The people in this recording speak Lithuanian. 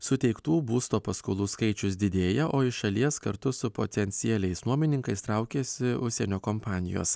suteiktų būsto paskolų skaičius didėja o iš šalies kartu su potencialiais nuomininkais traukiasi užsienio kompanijos